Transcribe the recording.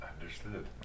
Understood